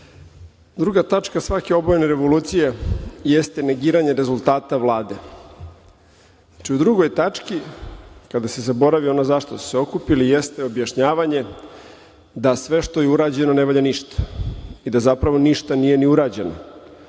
druga tačka svake obojene revolucije jeste negiranje rezultata Vlade. U drugoj tački, kada se zaboravi ono za šta su se okupili, jeste objašnjavanje da sve što je urađeno ne valja ništa i da zapravo ništa nije ni urađeno